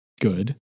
good